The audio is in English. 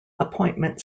appointment